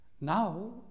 Now